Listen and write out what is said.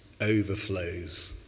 overflows